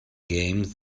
games